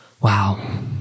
Wow